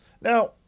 Now